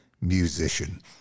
musician